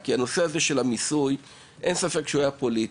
כי אין ספק שהנושא הזה של ביטול המיסוי היה פוליטי,